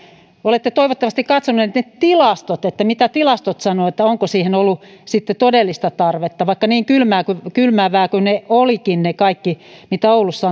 olette toivottavasti katsoneet ne tilastot mitä tilastot sanovat siitä onko siihen todellista tarvetta niin kylmäävää kuin kylmäävää kuin se kaikki on ollutkin mitä oulussa